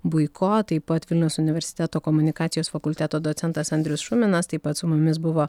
buiko taip pat vilniaus universiteto komunikacijos fakulteto docentas andrius šuminas taip pat su mumis buvo